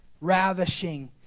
Ravishing